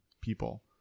people